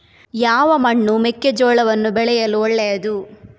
ಯಾವ ಮಣ್ಣು ಮೆಕ್ಕೆಜೋಳವನ್ನು ಬೆಳೆಯಲು ಒಳ್ಳೆಯದು?